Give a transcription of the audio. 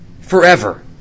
forever